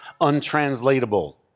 untranslatable